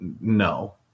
no